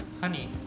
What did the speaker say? honey